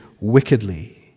wickedly